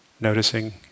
noticing